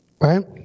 Right